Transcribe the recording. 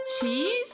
cheese